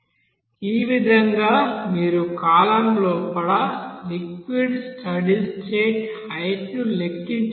ఈ విధంగా మీరు కాలమ్ లోపల లిక్విడ్ స్టడీ స్టేట్ హైట్ ను లెక్కించవచ్చు